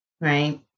right